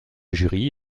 jury